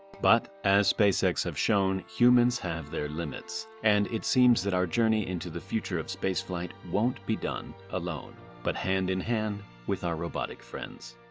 but as spacex has shown, humans have their limits. and it seems that our journey into the future of spaceflight won't be done alone but hand in hand with our robotic friends.